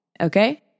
okay